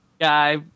guy